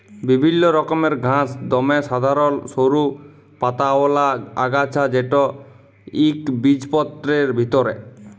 বিভিল্ল্য রকমের ঘাঁস দমে সাধারল সরু পাতাআওলা আগাছা যেট ইকবিজপত্রের ভিতরে